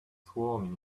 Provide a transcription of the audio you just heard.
swarming